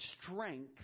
strength